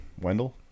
Wendell